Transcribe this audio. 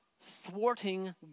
thwarting